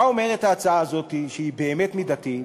מה אומרת ההצעה הזאת, שהיא באמת מידתית?